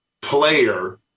player